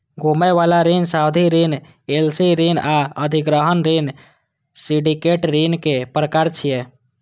घुमै बला ऋण, सावधि ऋण, एल.सी ऋण आ अधिग्रहण ऋण सिंडिकेट ऋणक प्रकार छियै